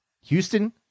Houston